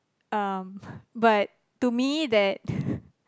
um but to me that